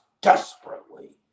desperately